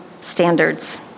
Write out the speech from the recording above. standards